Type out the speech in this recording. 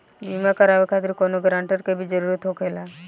बीमा कराने खातिर कौनो ग्रानटर के भी जरूरत होखे ला?